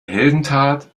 heldentat